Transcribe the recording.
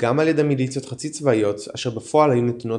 גם על ידי מיליציות חצי צבאיות אשר בפועל היו נתונות